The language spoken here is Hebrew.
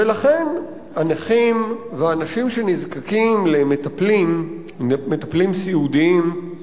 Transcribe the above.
ולכן הנכים, ואנשים שנזקקים למטפלים סיעודיים,